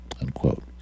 unquote